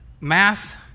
math